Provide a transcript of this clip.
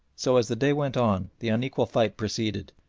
so as the day went on the unequal fight proceeded,